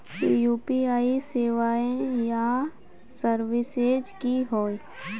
UPI सेवाएँ या services की होय?